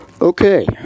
Okay